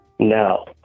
No